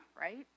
right